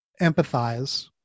empathize